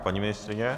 Paní ministryně?